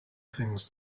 things